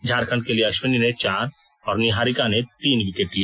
झारखंड के लिए अश्विनी ने चार और निहारिका ने तीन विकेट लिए